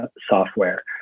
software